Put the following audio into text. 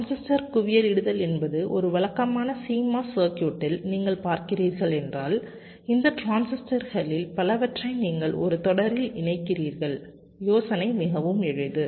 transistor குவியலிடுதல் என்பது ஒரு வழக்கமான CMOS சர்க்யூட்டில் நீங்கள் பார்க்கிறீர்கள் என்றால் இந்த டிரான்சிஸ்டர்களில் பலவற்றை நீங்கள் ஒரு தொடரில் இணைக்கிறீர்கள் யோசனை மிகவும் எளிது